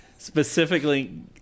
specifically